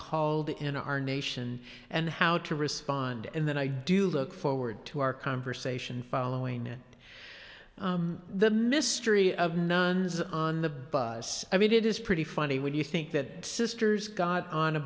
called in our nation and how to respond and then i do look forward to our conversation following it the mystery of nuns on the bus i mean it is pretty funny when you think that sisters got on a